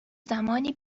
زمانی